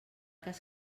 cas